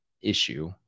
issue